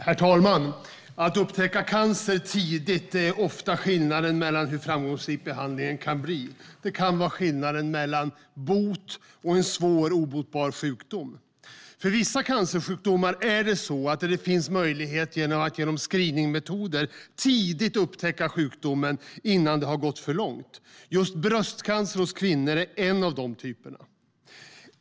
Herr talman! Att upptäcka cancer tidigt gör ofta skillnad för hur framgångsrik behandlingen ska bli. Det kan vara skillnaden mellan bot och en svår obotlig sjukdom. För vissa cancersjukdomar finns det möjlighet att genom screening upptäcka sjukdomen innan den har gått för långt. Just bröstcancer hos kvinnor är en av dessa sjukdomar.